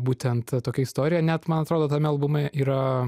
būtent tokia istorija net man atrodo tame albume yra